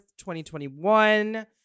2021